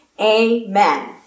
Amen